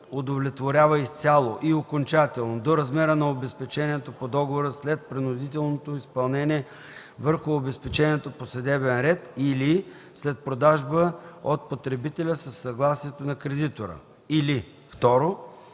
удовлетворява изцяло и окончателно до размера на обезпечението по договора след принудително изпълнение върху обезпечението по съдебен ред или след продажба от потребителя със съгласие на кредитора, или 2.